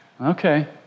Okay